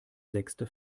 sechste